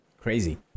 Crazy